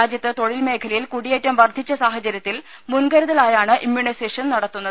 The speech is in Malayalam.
രാജ്യത്ത് തൊഴിൽ മേഖലയിൽ കുടിയേറ്റം വർധിച്ച സാഹചര്യത്തിൽ മുൻകരുതലായാണ് ഇമ്മ്യൂണൈസേഷൻ നടത്തുന്നത്